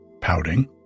pouting